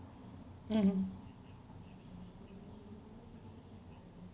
mmhmm